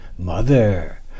Mother